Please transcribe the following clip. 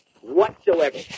Whatsoever